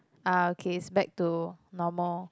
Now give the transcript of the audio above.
ah okay it's back to normal